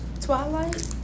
Twilight